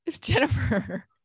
Jennifer